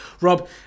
Rob